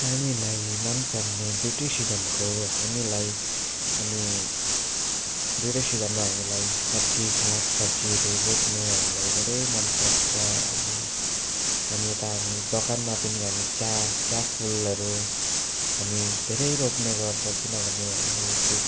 हामीलाई मन पर्ने दुइवटै सिजन हो हामीलाई अनि दुइवटै सिजनमा हामीलाई सब्जी साग सब्जीहरू रोप्नु हामीलाई धेरै मन पर्छ अनि हामी यता हामी बगानमा पनि हामी चिया चियाफुलहरू हामी धेरै रोप्ने गर्च किनभने हामी यो त्